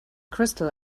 crystal